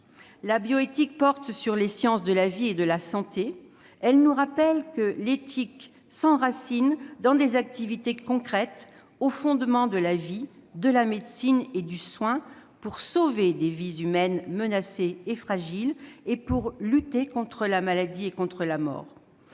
La bioéthique porte sur les sciences de la vie et de la santé. Elle nous rappelle que l'éthique s'enracine dans des activités concrètes, au fondement de la vie, de la médecine et du soin, pour sauver des vies humaines menacées et fragiles, pour lutter contre la maladie et contre la mort.